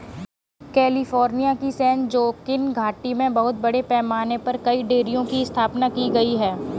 California की San Joaquin घाटी में बहुत बड़े पैमाने पर कई डेयरियों की स्थापना की गई है